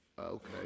Okay